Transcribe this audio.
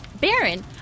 Baron